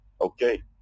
okay